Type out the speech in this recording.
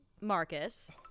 marcus